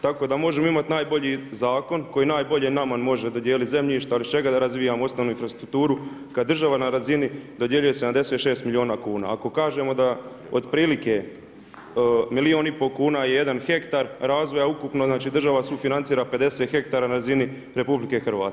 Tako da možemo imati najbolji zakon koji najbolje nama može dodijeliti zemljište, ali iz čega da razvijamo osnovnu infrastrukturu kada država na razini dodjeljuje 76 milijuna kuna, ako kažemo da otprilike milijun i pol kuga je jedan hektar razvoja, a ukupno znači država sufinancira 50 hektara na razini RH.